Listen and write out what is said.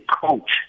coach